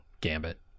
gambit